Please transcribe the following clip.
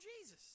Jesus